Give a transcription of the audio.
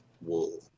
wool